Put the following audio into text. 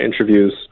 interviews